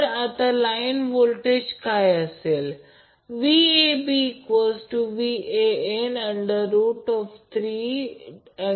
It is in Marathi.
तर आता लाईन व्होल्टेज काय असेल तर VabVan3∠30°1003∠10°30°V173